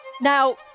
Now